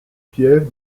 piève